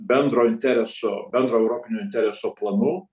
bendro intereso bendro europinio intereso planų